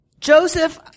Joseph